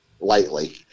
lightly